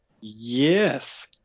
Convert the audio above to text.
yes